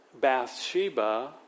Bathsheba